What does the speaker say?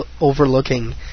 overlooking